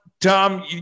Tom